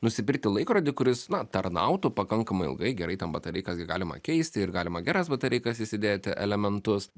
nusipirkti laikrodį kuris na tarnautų pakankamai ilgai gerai ten batareikas gi galima keisti ir galima geras batareikas įsidėti elementus